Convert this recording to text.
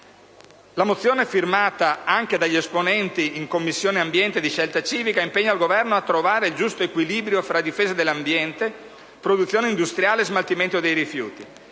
La mozione firmata anche dagli esponenti in Commissione ambiente di Scelta Civica impegna il Governo a trovare il giusto equilibrio fra difesa dell'ambiente, produzione industriale e smaltimento dei rifiuti.